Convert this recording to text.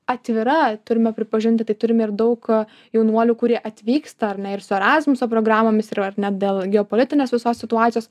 atvira turime pripažinti tai turime ir daug jaunuolių kurie atvyksta ar ne ir su erasmus programomis ir ar net dėl geopolitinės visos situacijos